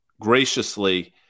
graciously